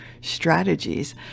strategies